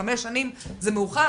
חמש שנים זה מאוחר,